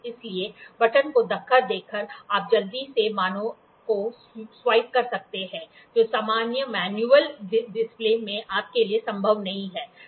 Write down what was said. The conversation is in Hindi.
इसलिए बटन को धक्का देकर आप जल्दी से मानों को स्वैप कर सकते हैं जो सामान्य मैनुअल डिस्प्ले में आपके लिए संभव नहीं है